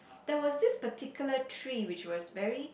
there was this particular tree which was very